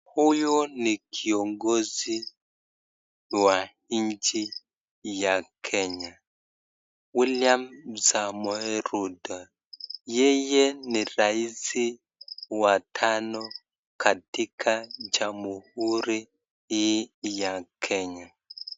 Huyu ni kiongozi wa nchi ya Kenya. William Samoei Ruto. Yeye ni rais wa tano katika Jamhuri hii ya Kenya.